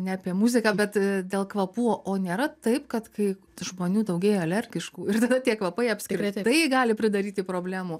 ne apie muziką bet dėl kvapų o nėra taip kad kai žmonių daugėja alergiškų ir tada tie kvapai apskritai gali pridaryti problemų